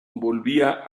volvía